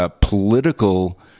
political